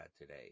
today